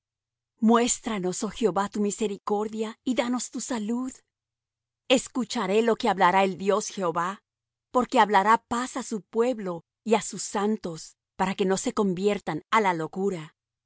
muéstranos oh jehová tu misericordia y danos tu salud escucharé lo que hablará el dios jehová porque hablará paz á su pueblo y á sus santos para que no se conviertan á la locura